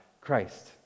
Christ